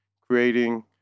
creating